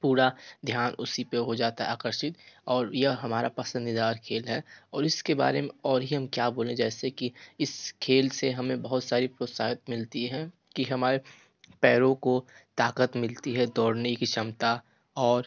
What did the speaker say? पूरा ध्यान उसी पे हो जाता है आकर्षित और यह हमारा पसंदीदा खेल है और इसके बारे में और ही हम क्या बोलें जैसे कि इस खेल से हमें बहुत सारी प्रोत्साहित मिलती है कि हमारे पैरों को ताकत मिलती है दौड़ने की क्षमता और